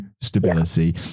stability